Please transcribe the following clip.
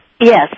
Yes